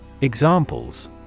Examples